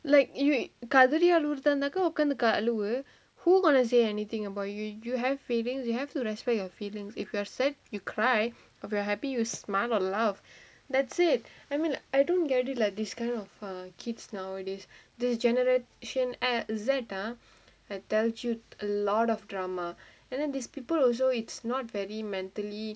like you கதறி அழுறதா இருந்தாக்க உக்காந்து அழுவு:kathari alurathaa irunthaakka ukkaanthu aluvu who gonna say anything about you you have feelings you have to respect your feelings if you are sad you cry if your happy you smile or laugh that's it I mean I don't get it like this kind of for kids nowadays this generation eh ah I tell you a lot of drama and then these people also it's not very mentally